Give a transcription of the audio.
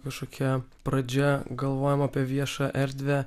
kažkokia pradžia galvojam apie viešą erdvę